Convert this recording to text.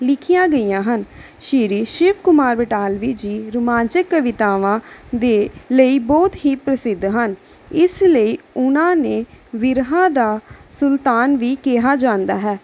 ਲਿਖੀਆਂ ਗਈਆਂ ਹਨ ਸ਼੍ਰੀ ਸ਼ਿਵ ਕੁਮਾਰ ਬਟਾਲਵੀ ਜੀ ਰੁਮਾਂਚਿਕ ਕਵਿਤਾਵਾਂ ਦੇ ਲਈ ਬਹੁਤ ਹੀ ਪ੍ਰਸਿੱਧ ਹਨ ਇਸ ਲਈ ਉਹਨਾਂ ਨੂੰ ਬਿਰਹਾ ਦਾ ਸੁਲਤਾਨ ਵੀ ਕਿਹਾ ਜਾਂਦਾ ਹੈ